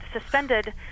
suspended